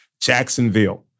Jacksonville